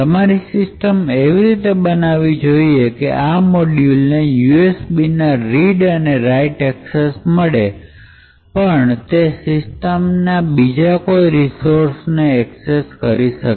તમારી સિસ્ટમ એવી રીતે બનાવવું જોઈએ કે જેથી આ મોડયુલને યુએસબી ના રીડ અને રાઈટ એક્સેસ મળે પણ તે સિસ્ટમ ના બીજા કોઈ રિસોર્સ ને એક્સેસ ના કરી શકે